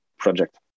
Project